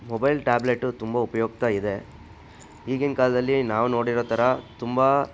mobile tablet ತುಂಬ ಉಪಯುಕ್ತ ಇದೆ ಈಗಿನ ಕಾಲದಲ್ಲಿ ನಾವು ನೋಡಿರೋ ಥರ ತುಂಬ